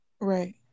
Right